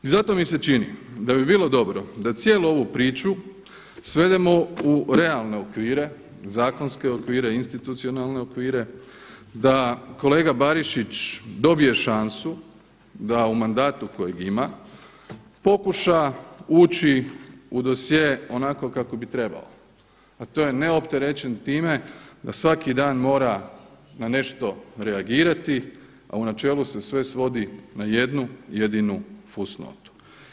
I zato mi se čini da bi bilo dobro da cijelu ovu priču svedemo u realne okvire zakonske okvire, institucionalne okvire, da kolega Barišić dobije šansu da u mandatu kojeg ima pokuša ući u dosje onako kako bi trebao, a to je neopterećen time da svaki dan mora na nešto reagirati, a u načelu se sve svodi na jednu jedinu fusnotu.